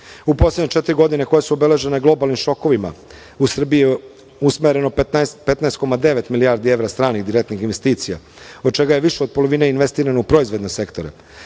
poslednje četiri godine, koje su obeležene globalnim šokovima, u Srbiji je usmereno 15,9 milijardi evra stranih direktnih investicija, od čega je više od polovine investirano u proizvodne sektore.